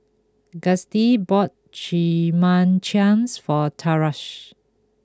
Gustie bought Chimichangas for Tarsha